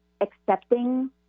accepting